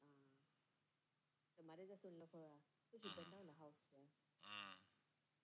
(uh huh) (uh huh)